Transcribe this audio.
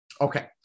Okay